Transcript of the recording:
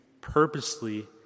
purposely